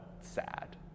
sad